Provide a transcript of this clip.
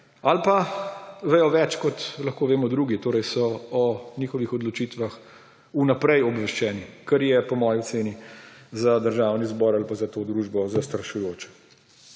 ali pa vedo več, kot lahko vemo drugi, torej so o njihovih odločitvah vnaprej obveščeni, kar je po moji oceni za Državni zbor ali pa za to družbo zastrašujoče.